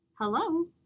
Hello